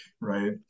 Right